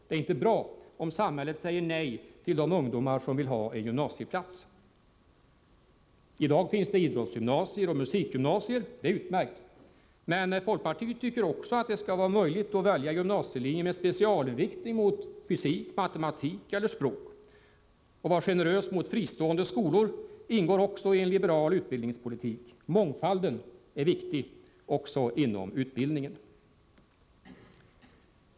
Det är inte bra om samhället säger nej till de ungdomar som vill ha en gymnasieplats. I dag finns det idrottsgymnasier och musikgymnasier. Det är utmärkt. Men folkpartiet tycker också att det skall vara möjligt att välja gymnasielinjer med specialinriktning mot fysik, matematik eller språk. Att vara generös mot fristående skolor ingår också i en liberal utbildningspolitik. Mångfalden är viktig även inom utbildningen.